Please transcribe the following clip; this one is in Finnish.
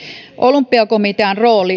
olympiakomitean